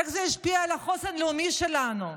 איך זה ישפיע על החוסן הלאומי שלנו?